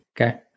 Okay